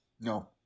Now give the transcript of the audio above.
No